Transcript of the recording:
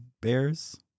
bears